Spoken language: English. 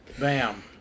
Bam